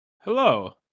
Hello